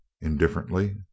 Indifferently